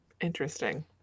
Interesting